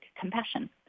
compassion